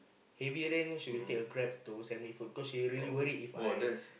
heavy rain she will take a Grab to send me food cause she really worried If I